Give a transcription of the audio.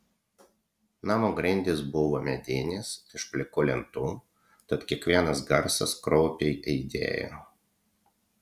namo grindys buvo medinės iš plikų lentų tad kiekvienas garsas kraupiai aidėjo